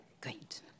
Great